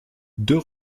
deux